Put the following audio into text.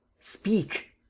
speak!